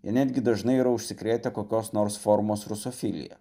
ir netgi dažnai yra užsikrėtę kokios nors formos rusofilija